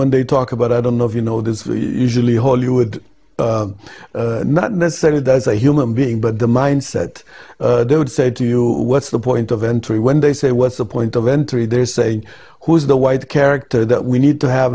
when they talk about i don't know if you know this we usually hollywood not necessarily there's a human being but the mind set they would say to you what's the point of entry when they say what's the point of entry they're saying who's the white character that we need to have